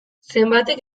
zenbatek